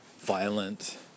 violent